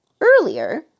earlier